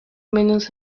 menos